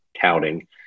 touting